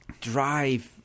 drive